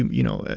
and you know,